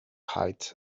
height